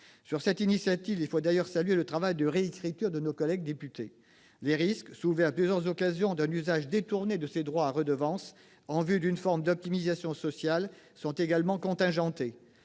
Sur cette initiative, il faut d'ailleurs saluer le travail de réécriture de nos collègues députés. Les risques, soulevés à plusieurs occasions, d'un usage détourné de ces droits à redevance en vue d'une forme d'optimisation sociale sont également contingentés.